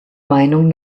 meinung